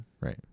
right